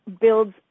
builds